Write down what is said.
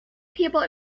people